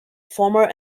former